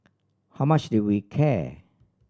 how much did we care